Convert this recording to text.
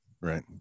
Right